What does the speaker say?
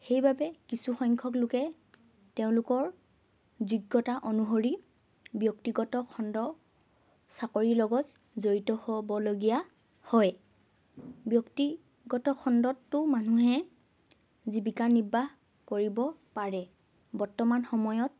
সেইবাবে কিছু সংখ্যক লোকে তেওঁলোকৰ যোগ্যতা অনুসৰি ব্যক্তিগত খণ্ড চাকৰিৰ লগত জড়িত হ'ব লগীয়া হয় ব্যক্তিগত খণ্ডতো মানুহে জীৱিকা নিৰ্বাহ কৰিব পাৰে বৰ্তমান সময়ত